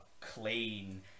clean